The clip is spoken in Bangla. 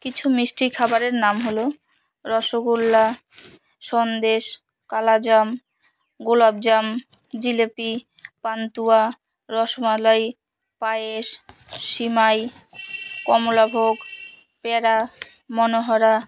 কিছু মিষ্টি খাবারের নাম হলো রসগোল্লা সন্দেশ কালোজাম গোলাপজাম জিলেপি পান্তুয়া রস মালাই পায়েস স্যামাই কমলাভোগ প্যাঁড়া মনোহরা